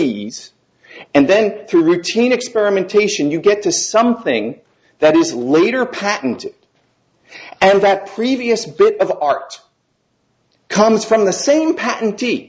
and then through routine experimentation you get to something that is later patent and that previous bit of art comes from the same